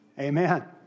Amen